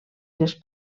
les